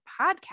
podcast